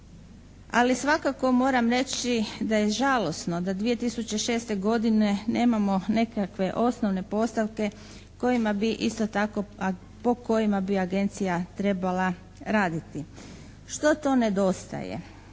Ali svakako moram reći da je žalosno da 2006. godine nemamo nekakve osnovne postavke kojima bi isto, a po kojima bi Agencija trebala raditi. Što to nedostaje?